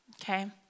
Okay